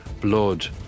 blood